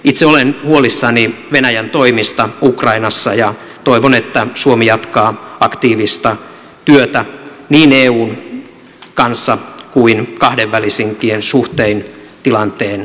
itse olen huolissani venäjän toimista ukrainassa ja toivon että suomi jatkaa aktiivista työtä niin eun kanssa kuin kahdenvälisinkin suhtein tilanteen lopulliseksi ratkaisemiseksi